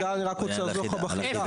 אני רק רוצה לעזור לך בחידה.